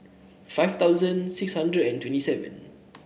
five thousand six hundred and twenty seven